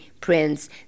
prince